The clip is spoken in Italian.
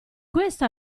questa